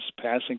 passing